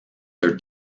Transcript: their